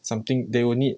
something they will need